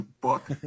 book